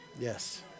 Yes